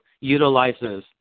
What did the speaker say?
utilizes